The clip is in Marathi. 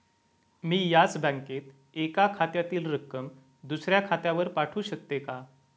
मी याच बँकेत एका खात्यातील रक्कम दुसऱ्या खात्यावर पाठवू शकते का?